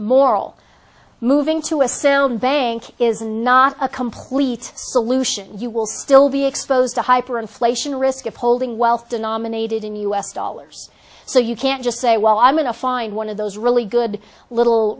moral moving to a sound bank is not a complete solution you will still be exposed to hyper inflation risk of holding wealth denominated in u s dollars so you can't just say well i'm going to find one of those really good little